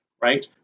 right